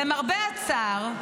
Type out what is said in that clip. למרבה הצער,